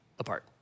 apart